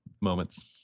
moments